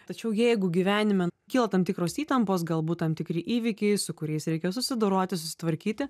tačiau jeigu gyvenime kyla tam tikros įtampos galbūt tam tikri įvykiai su kuriais reikia susidoroti susitvarkyti